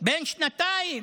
בן שנתיים,